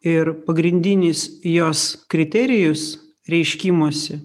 ir pagrindinis jos kriterijus reiškimosi